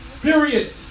Period